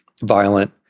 violent